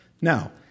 Now